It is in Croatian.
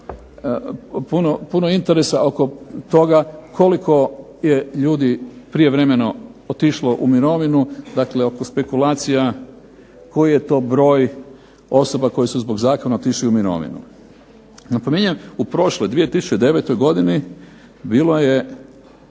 puno interesa oko toga koliko je ljudi prijevremeno otišlo u mirovinu, dakle oko spekulacija koliki je to broj osoba koji su zbog Zakona otišli u mirovinu. Napominjem u prošloj 2009. godini bilo je